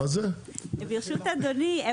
הם